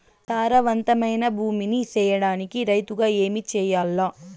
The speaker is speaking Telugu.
సారవంతమైన భూమి నీ సేయడానికి రైతుగా ఏమి చెయల్ల?